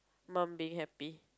mom being happy